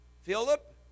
Philip